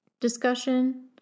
discussion